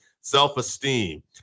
self-esteem